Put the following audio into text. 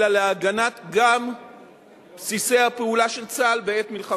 אלא גם להגנת בסיסי הפעולה של צה"ל בעת מלחמה.